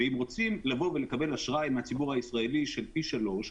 אם רוצים לקבל אשראי מהציבור הישראלי של פי שלושה,